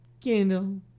Candle